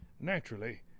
Naturally